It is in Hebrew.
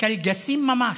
קלגסים ממש.